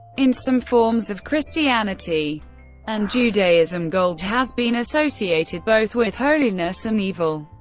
in some forms of christianity and judaism, gold has been associated both with holiness and evil.